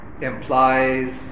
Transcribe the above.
implies